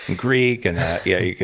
greek, and yeah.